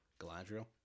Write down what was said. Galadriel